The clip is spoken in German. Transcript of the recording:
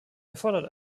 erfordert